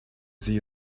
sie